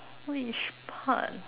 which part